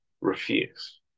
refuse